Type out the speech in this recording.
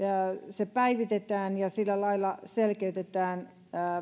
se päivitetään ja sillä lailla selkeytetään